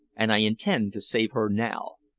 and i intend to save her now.